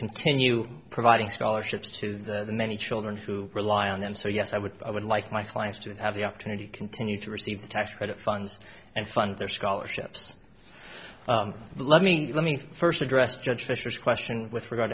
continue providing scholarships to the many children who rely on them so yes i would i would like my clients to have the opportunity to continue to receive tax credit funds and fund their scholarships let me let me first address judge fisher's question with regard